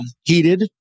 heated